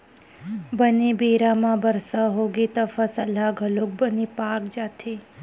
बने बेरा म बरसा होगे त फसल ह घलोक बने पाक जाथे